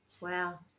wow